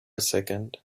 second